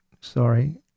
sorry